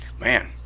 Man